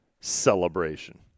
celebration